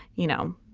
you know,